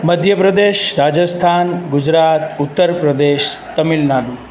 Madhya Pradesh Rajasthan Gujarat Uttar Pradesh Tamil Nadu